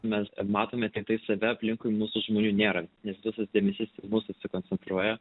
mes matome tiktai save aplinkui mūsų žmonių nėra nes visas dėmesys į mus susikoncentruoja